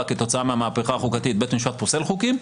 כתוצאה מהמהפכה החוקתית בית משפט פוסל חוקים,